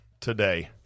today